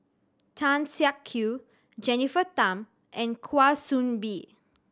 Tan Siak Kew Jennifer Tham and Kwa Soon Bee